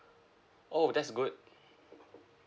oh that's good so